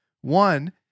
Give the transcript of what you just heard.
One